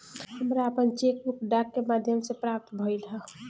हमरा आपन cheque book डाक के माध्यम से प्राप्त भइल ह